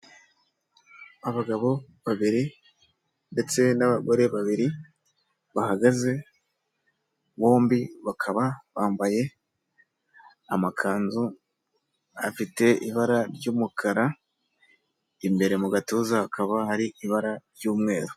Abagabo babiri ndetse n'abagore babiri bahagaze, bombi bakaba bambaye amakanzu afite ibara ry'umukara, imbere mu gatuza hakaba hari ibara ry'umweru.